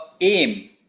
AIM